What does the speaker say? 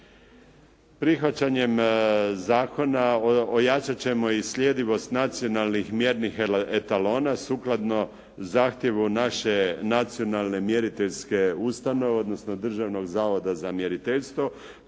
Prihvaćanjem zakona ojačat ćemo i sljedivost nacionalnih mjernih etalona sukladno zahtjevu naše nacionalne mjeriteljske ustanove, odnosno Državnog zavoda za mjeriteljstvo,